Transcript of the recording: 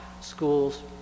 Schools